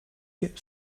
get